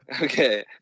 Okay